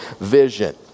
vision